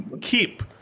keep